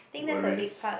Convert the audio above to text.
worries